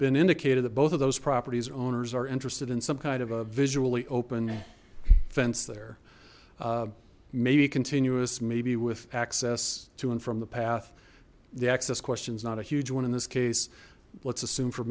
been indicated that both of those properties owners are interested in some kind of a visually open fence there may be continuous maybe with access to and from the path the access question is not a huge one in this case let's assume for a